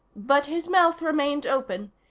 but his mouth remained open.